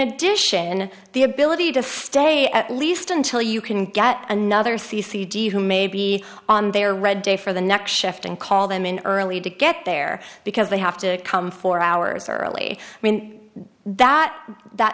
addition the ability to stay at least until you can get another c c d who may be on their red day for the next shift and call them in early to get there because they have to come four hours early i mean that that